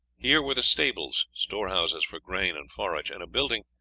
here were the stables, storehouses for grain and forage, and a building,